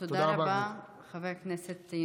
זה רשום בתשובה.